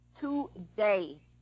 today